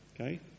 Okay